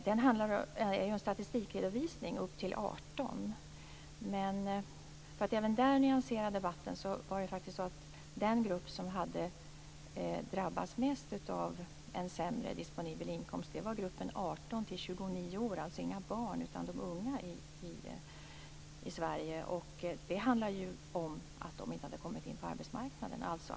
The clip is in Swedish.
Det handlar om statistikredovisning avseende gruppen upp till 18 år. För att även där nyansera debatten vill jag säga att den grupp som drabbats mest av en sämre disponibel inkomst faktiskt var gruppen 18-29 år, alltså inte barnen utan de unga i Sverige. Det handlar om att de inte har kommit in på arbetsmarknaden.